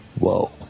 Whoa